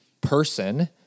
person